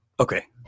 Okay